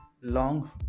long